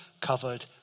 covered